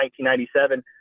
1997